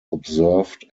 observed